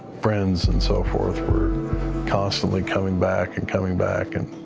friends and so forth were constantly coming back and coming back. and